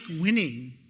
winning